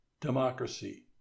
democracy